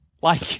Like-